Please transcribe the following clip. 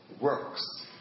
works